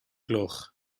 gloch